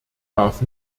darf